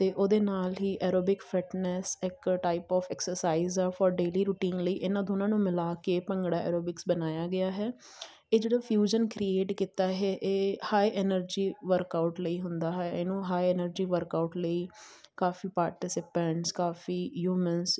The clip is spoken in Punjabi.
ਅਤੇ ਉਹਦੇ ਨਾਲ ਹੀ ਐਰੋਬਿਕਸ ਫਿੱਟਨੈਸ ਇੱਕ ਟਾਈਪ ਓਫ ਐਕਸਰਸਾਈਜ਼ ਆ ਫੋਰ ਡੇਲੀ ਰੂਟੀਨ ਲਈ ਇਹਨਾਂ ਦੋਨਾਂ ਨੂੰ ਮਿਲਾ ਕੇ ਭੰਗੜਾ ਐਰੋਬਿਕਸ ਬਣਾਇਆ ਗਿਆ ਹੈ ਇਹ ਜਿਹੜਾ ਫਿਊਜ਼ਨ ਕ੍ਰੀਏਟ ਕੀਤਾ ਹੈ ਇਹ ਹਾਏ ਐਨਰਜੀ ਵਰਕਆਊਟ ਲਈ ਹੁੰਦਾ ਹੈ ਇਹਨੂੰ ਹਾਏ ਐਨਰਜੀ ਵਰਕਆਊਟ ਲਈ ਕਾਫੀ ਪਾਰਟੀਸਪੈਂਟਸ ਕਾਫੀ ਯੂਮਿਨਸ